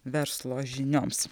verslo žinioms